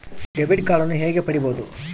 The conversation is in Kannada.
ಡೆಬಿಟ್ ಕಾರ್ಡನ್ನು ಹೇಗೆ ಪಡಿಬೋದು?